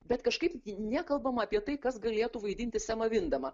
bet kažkaip nekalbama apie tai kas galėtų vaidinti semą vindemą